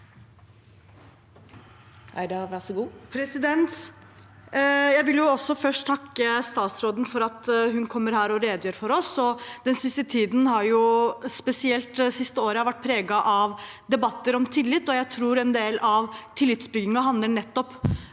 Jeg vil også først takke statsråden for at hun kommer hit og redegjør for oss. Den siste tiden og spesielt det siste året har vært preget av debatter om tillit. Jeg tror en del av tillitsbyggingen handler om